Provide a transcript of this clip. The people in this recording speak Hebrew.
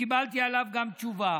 וקיבלתי עליו גם תשובה.